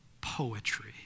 poetry